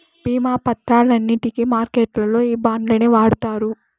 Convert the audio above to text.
భీమా పత్రాలన్నింటికి మార్కెట్లల్లో ఈ బాండ్లనే వాడుతారు